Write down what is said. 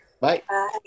Bye